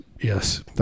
Yes